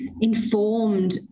informed